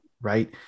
right